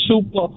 super